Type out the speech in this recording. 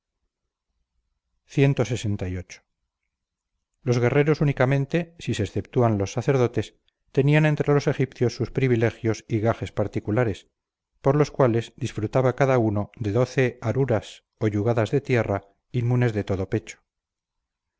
artesanos clxviii los guerreros únicamente si se exceptúan los sacerdotes tenían entre los egipcios sus privilegios y gajes particulares por los cuales disfrutaba cada uno de doce aruras o yugadas de tierra inmunes de todo pecho